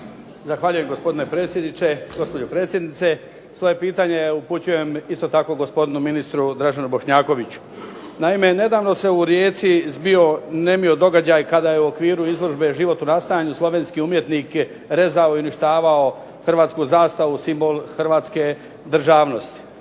predsjedniče, gospođo predsjednice. Svoje pitanje upućujem isto tako gospodinu ministru Draženu Bošnjakoviću. Naime, nedavno se u Rijeci zbio nemio događaj kada je u okviru izložbe život u nastajanju, slovenski umjetnik je rezao i uništavao hrvatsku zastavu, simbol hrvatske državnosti.